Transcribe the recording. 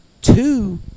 two